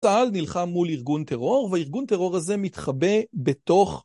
צה"ל נלחם מול ארגון טרור והארגון הטרור הזה מתחבא בתוך